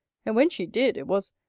and when she did, it was,